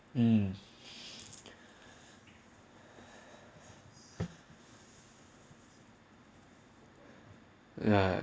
um ya